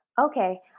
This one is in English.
Okay